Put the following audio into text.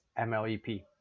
MLEP